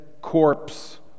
corpse